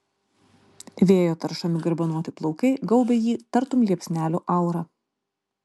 vėjo taršomi garbanoti plaukai gaubia jį tartum liepsnelių aura